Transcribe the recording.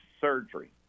surgery